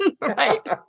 right